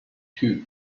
too